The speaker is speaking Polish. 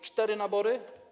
Cztery nabory.